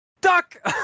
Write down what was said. duck